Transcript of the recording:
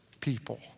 people